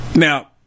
Now